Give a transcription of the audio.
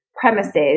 premises